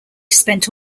spent